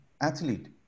athlete